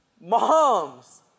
moms